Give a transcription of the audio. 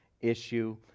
issue